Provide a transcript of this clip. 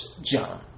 John